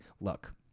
look